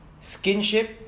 skinship